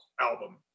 album